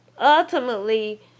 ultimately